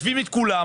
משווים את כולם,